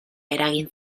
eragin